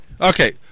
Okay